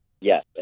Yes